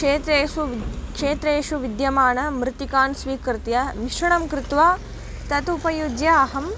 क्षेत्रेषु क्षेत्रेषु विद्यमाणमृत्तिकान् स्वीकृत्य मिश्रणं कृत्वा तत् उपयुज्य अहं